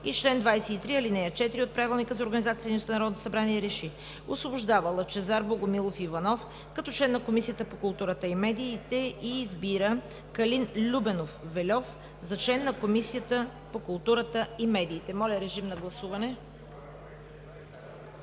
организацията и дейността на Народното събрание РЕШИ: Освобождава Лъчезар Богомилов Иванов като член на Комисията по културата и медиите и избира Калин Любенов Вельов за член на Комисията по културата и медиите.“ Моля, режим на гласуване.